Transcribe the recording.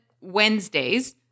Wednesdays